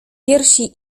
piersi